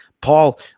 Paul